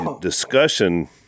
discussion